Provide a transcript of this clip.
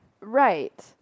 Right